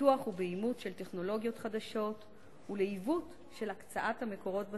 בפיתוח ובאימוץ של טכנולוגיות חדשות ולעיוות של הקצאת המקורות בציבור,